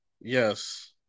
Yes